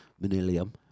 millennium